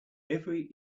every